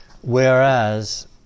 whereas